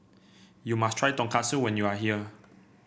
you must try Tonkatsu when you are here